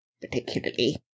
particularly